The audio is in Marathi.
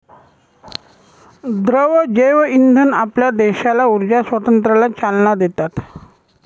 द्रव जैवइंधन आपल्या देशाला ऊर्जा स्वातंत्र्याला चालना देतात